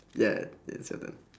yeah it's your turn